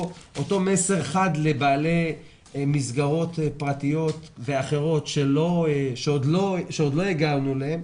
אותו מסר חד לבעלי מסגרות פרטיות ואחרות שעוד לא הגענו אליהם,